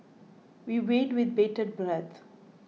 we wait with bated breath